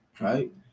right